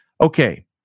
Okay